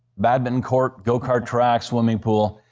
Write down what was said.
badminton court, go-kart track, swimming pool.